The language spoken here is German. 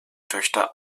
töchter